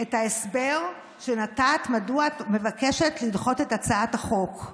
את ההסבר שנתת מדוע את מבקשת לדחות את הצעת החוק.